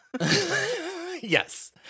yes